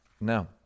No